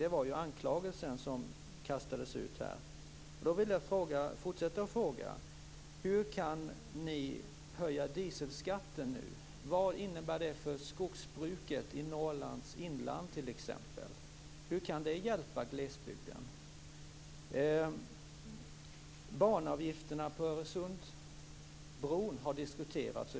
Det var den anklagelse som kastades ut här. Då vill jag fortsätta med att fråga: Hur kan ni höja dieselskatten nu? Vad innebär det för exempelvis skogsbruket i Norrlands inland? Hur kan det hjälpa glesbygden? Banavgifterna på Öresundsbron har diskuterats.